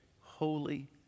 holy